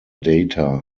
data